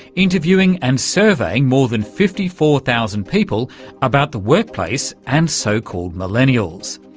interviewing and surveying more than fifty four thousand people about the workplace and so-called millennials.